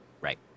Right